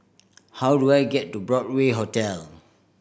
how do I get to Broadway Hotel